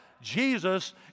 Jesus